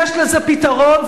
יש לזה פתרון,